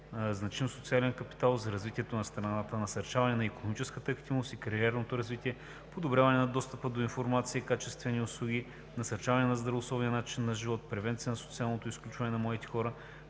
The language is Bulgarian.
значим социален капитал за развитието на страната, насърчаване на икономическата активност и кариерното развитие, подобряване на достъпа до информация и качествени услуги, насърчаване на здравословния начин на живот, превенция на социалното изключване на млади хора